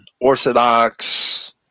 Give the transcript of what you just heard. Orthodox